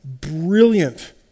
brilliant